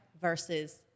Versus